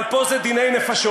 אבל פה זה דיני נפשות.